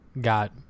got